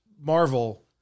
Marvel